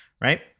right